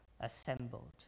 assembled